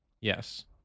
Yes